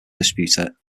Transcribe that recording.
distributor